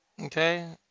Okay